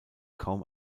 kaum